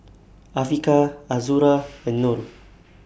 Afiqah Azura and Nor